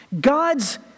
God's